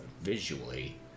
visually